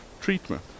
treatment